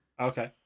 Okay